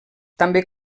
també